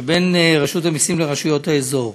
שבין רשות המסים לרשויות האזור.